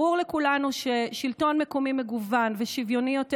ברור לכולנו ששלטון מקומי מגוון ושוויוני יותר